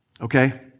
Okay